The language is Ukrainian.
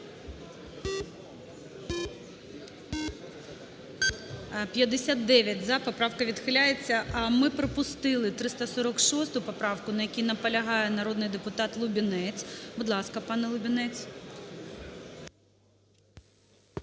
За-59 Поправка відхиляється. Ми пропустили 346 поправку, на якій наполягає народний депутат Лубінець. Будь ласка, пане Лубінець.